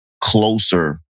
closer